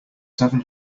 seven